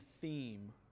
theme